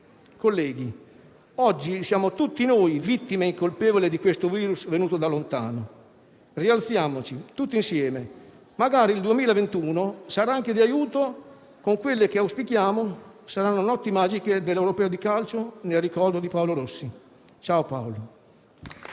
Colleghi, oggi siamo tutti noi vittime incolpevoli di questo virus venuto da lontano. Rialziamoci tutti insieme; magari il 2021 sarà anche di aiuto, con quelle che auspichiamo saranno le "notti magiche" dell'Europeo di calcio in ricordo di Paolo Rossi. Ciao Paolo.